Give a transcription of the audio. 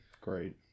great